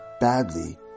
badly